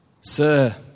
Sir